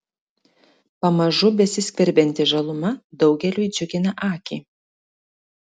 pamažu besiskverbianti žaluma daugeliui džiugina akį